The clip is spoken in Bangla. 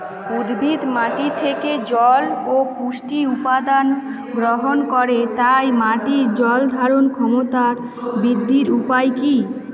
উদ্ভিদ মাটি থেকে জল ও পুষ্টি উপাদান গ্রহণ করে তাই মাটির জল ধারণ ক্ষমতার বৃদ্ধির উপায় কী?